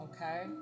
Okay